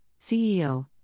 CEO